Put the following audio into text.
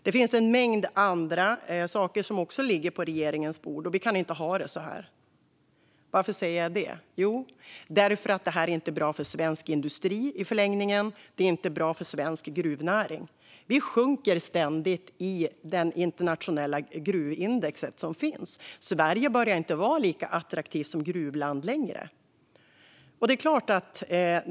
Det finns en mängd andra saker som också ligger på regeringens bord. Vi kan inte ha det så här. Varför säger jag det? Jo, därför att det i förlängningen inte är bra för svensk industri. Det är inte bra för svensk gruvnäring. Vi sjunker ständigt i det internationella gruvindex som finns. Sverige är snart inte lika attraktivt som gruvland längre.